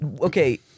Okay